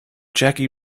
jackie